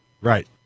Right